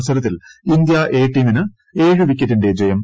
മത്സരത്തിൽ India A ടീമിന് ഏഴ് വിക്കറ്റിന്റെ ജയം